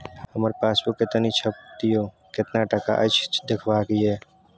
हमर पासबुक के तनिक छाय्प दियो, केतना टका अछि देखबाक ये?